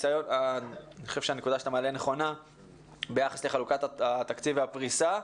אני חושב שהנקודה שאתה מעלה נכונה ביחס לחלוקת התקציב והפריסה.